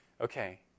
Okay